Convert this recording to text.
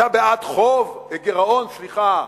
אתה בעד חוב, גירעון, סליחה,